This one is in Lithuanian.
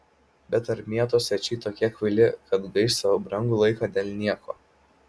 bet ar mieto svečiai tokie kvaili kad gaiš savo brangų laiką dėl nieko